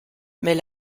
mais